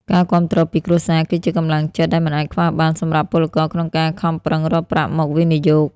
ការគាំទ្រពីគ្រួសារគឺជាកម្លាំងចិត្តដែលមិនអាចខ្វះបានសម្រាប់ពលករក្នុងការខំប្រឹងរកប្រាក់មកវិនិយោគ។